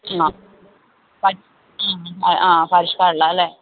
അ ആ പാരിഷ് ഹാളിലാണ് അല്ലെ